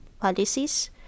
policies